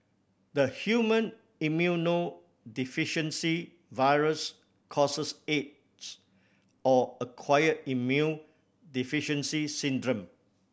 the human immunodeficiency virus causes aids or acquired immune deficiency syndrome